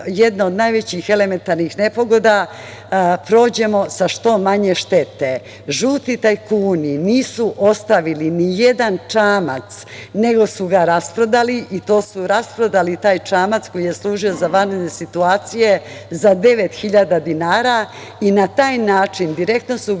jedne od najvećih elementarnih nepogoda prođemo sa što manje štete. Žuti tajkuni nisu ostavili ni jedan čamac, nego su ga rasprodali i to su rasprodali te čamce koji su služili za vanredne situacije, za 9.000 dinara i na taj način su direktno ugrožavali